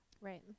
right